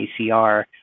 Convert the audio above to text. ACR